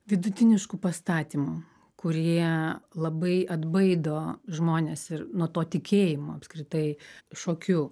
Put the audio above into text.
vidutiniškų pastatymų kurie labai atbaido žmones ir nuo to tikėjimo apskritai šokiu